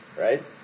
right